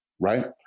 right